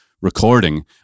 recording